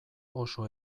oso